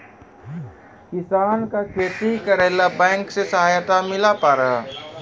किसान का खेती करेला बैंक से सहायता मिला पारा?